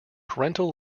parental